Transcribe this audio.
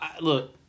Look